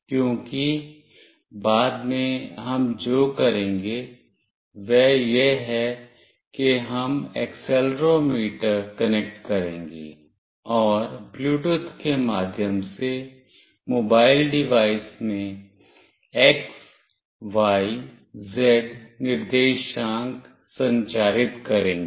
क्योंकि बाद में हम जो करेंगे वह यह है कि हम एक्सेलेरोमीटर कनेक्ट करेंगे और ब्लूटूथ के माध्यम से मोबाइल डिवाइस में x y z निर्देशांक संचारित करेंगे